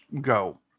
go